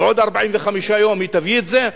ובעוד 45 יום היא תביא את זה.